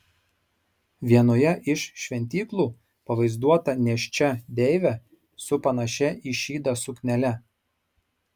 vienoje iš šventyklų pavaizduota nėščia deivė su panašia į šydą suknele